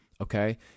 okay